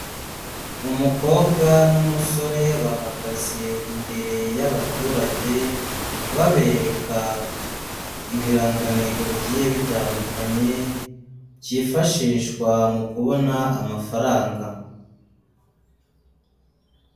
Umukobwa n'umusore bahagaze imbere y'abaturage babereka ibirangantego bigiye bitandukanye byifashishwa mu kubona amafaranga.